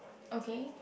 okay